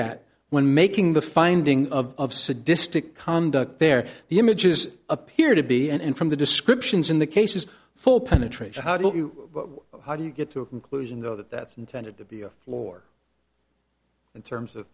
at when making the finding of sadistic conduct there the images appear to be and from the descriptions in the cases full penetration how do you how do you get to a conclusion though that that's intended to be a floor in terms of